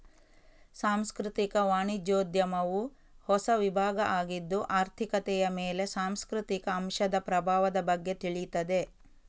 ಸಾಂಸ್ಕೃತಿಕ ವಾಣಿಜ್ಯೋದ್ಯಮವು ಹೊಸ ವಿಭಾಗ ಆಗಿದ್ದು ಆರ್ಥಿಕತೆಯ ಮೇಲೆ ಸಾಂಸ್ಕೃತಿಕ ಅಂಶದ ಪ್ರಭಾವದ ಬಗ್ಗೆ ತಿಳೀತದೆ